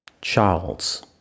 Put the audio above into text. Charles